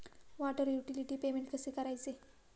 Water utility payment कसे करायचे?